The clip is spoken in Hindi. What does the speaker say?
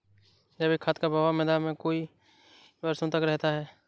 जैविक खाद का प्रभाव मृदा में कई वर्षों तक रहता है